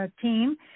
team